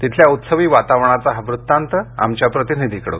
तिथल्या उत्सवी वातावरणाचा हा वृत्तआंत आमच्या प्रतिनिधीकडून